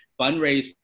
fundraise